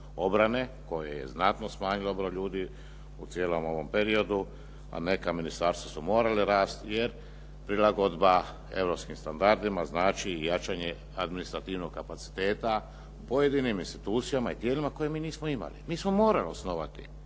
koje je znatno smanjilo broj ljudi u cijelom ovom periodu a neka ministarstva su morala rasti jer prilagodba europskim standardima znači i jačanje administrativnog kapaciteta pojedinim institucijama i tijelima koje mi nismo imali. Mi smo morali osnovati